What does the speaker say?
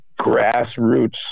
grassroots